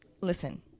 listen